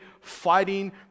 fighting